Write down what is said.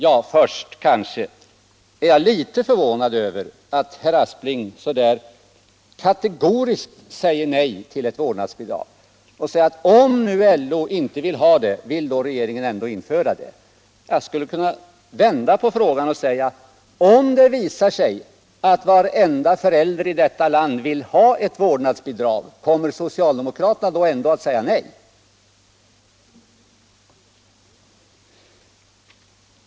Jag är litet förvånad över att herr Aspling kategoriskt säger nej till ett vårdnadsbidrag och frågar: Om LO inte vill ha ett vårdnadsbidrag, kommer regeringen ändå att införa det? Jag skulle kunna vända på frågan och säga: Om det visar sig att varenda förälder i detta land vill ha ett vårdnadsbidrag, kommer socialdemokraterna ändå att säga nej?